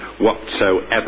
whatsoever